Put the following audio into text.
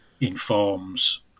informs